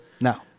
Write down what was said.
No